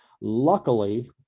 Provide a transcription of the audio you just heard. Luckily